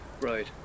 Right